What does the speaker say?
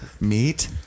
Meet